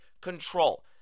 control